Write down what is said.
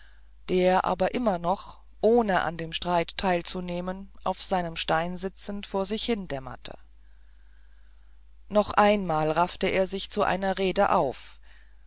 der aber immer noch ohne an dem streit teilzunehmen auf seinem stein sitzend vor sich hindämmerte noch einmal raffte er sich zu einer rede auf